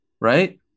Right